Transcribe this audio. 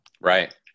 Right